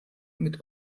mit